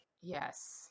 Yes